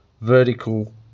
vertical